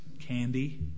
candy